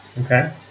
Okay